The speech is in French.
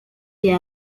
est